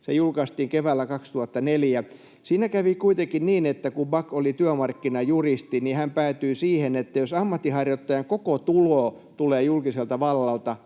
Se julkaistiin keväällä 2004. Siinä kävi kuitenkin niin, että kun Back oli työmarkkinajuristi, niin hän päätyi siihen, että jos ammatinharjoittajan koko tulo tulee julkiselta vallalta,